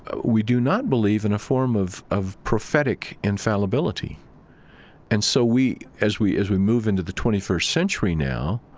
we do not believe in a form of of prophetic infallibility and so we as we, as we move into the twenty first century now,